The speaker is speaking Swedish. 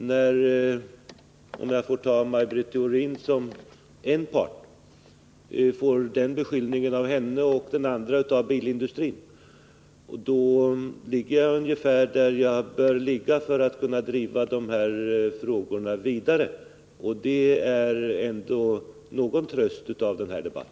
När jag, om jag får ta Maj Britt Theorin som en part, får den ena beskyllningen av henne och den andra av bilindustrin, ligger jag ungefär där jag bör ligga för att kunna driva dessa frågor vidare. Det är ändå någon tröst av denna debatt.